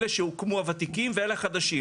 הוותיקים שהוקמו, ואלה החדשים.